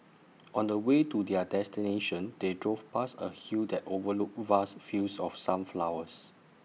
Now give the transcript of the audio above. on the way to their destination they drove past A hill that overlooked vast fields of sunflowers